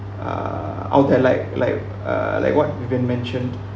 uh out there like like uh like what vivian mentioned